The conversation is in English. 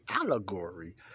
allegory